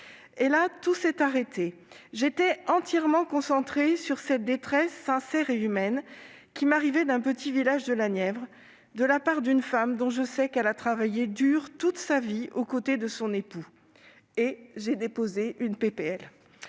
instant, tout s'est arrêté. J'étais entièrement concentrée sur cette détresse sincère et humaine, qui m'arrivait d'un petit village de la Nièvre, de la part d'une femme dont je sais qu'elle a travaillé dur, toute sa vie, aux côtés de son époux. J'ai donc déposé une